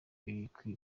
kwiyubaka